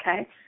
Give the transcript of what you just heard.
okay